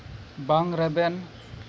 ᱵᱟᱝ ᱨᱮᱵᱮᱱ